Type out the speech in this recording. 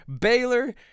baylor